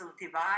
divide